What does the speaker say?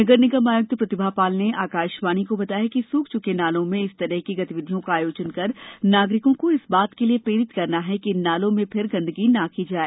नगर निगम आयुक्त प्रतिभा पाल ने आकाशवाणी को बताया कि सुख चुके नालों में इस तरह की गतिविधियों का आयोजन कर नागरिकों को इस बात के लिए प्रेरित करना है कि इन नालों में फिर गंदगी नहीं की जाए